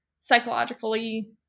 psychologically